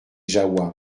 jahoua